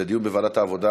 לוועדת העבודה,